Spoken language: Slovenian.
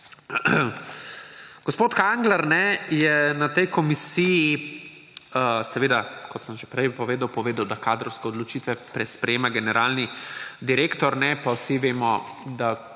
Gospod Kangler je na tej komisiji seveda, kot sem že prej povedal, povedal, da kadrovske odločitve sprejema generalni direktor. Pa vsi vemo, da